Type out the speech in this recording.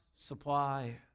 supply